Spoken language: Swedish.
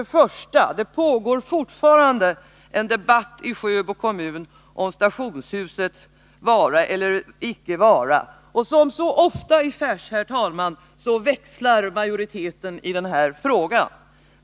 I Sjöbo kommun pågår fortfarande en debatt om stationshusets vara eller icke vara. Som så ofta i Färs växlar majoriteten i denna fråga.